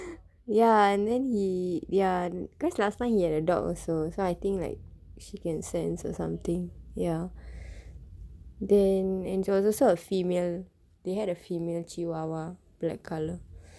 ya and then he ya cause last time he had a dog also so I think like she can sense or something ya then and it was also a female they had a female chihuahua black colour